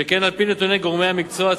שכן על-פי נתוני גורמי המקצוע,